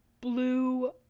blue